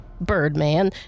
Birdman